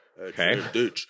Okay